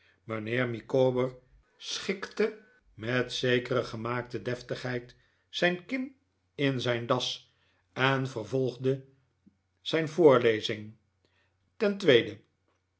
mijnheer micawber schikte met zekere gemaakte deftigheid zijn kin in zijn das en vervolgde zijn vdorlezing ten tweede